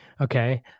Okay